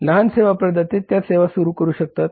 लहान सेवा प्रदाते त्या सेवा सुरू करू शकतात